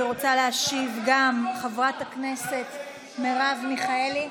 ורוצה להשיב גם חברת הכנסת מרב מיכאלי.